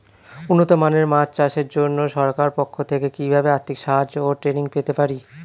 উন্নত মানের মাছ চাষের জন্য সরকার পক্ষ থেকে কিভাবে আর্থিক সাহায্য ও ট্রেনিং পেতে পারি?